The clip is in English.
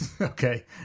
Okay